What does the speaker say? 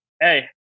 Hey